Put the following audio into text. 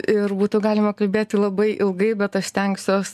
ir būtų galima kalbėti labai ilgai bet aš stengsiuos